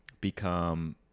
become